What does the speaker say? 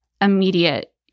immediate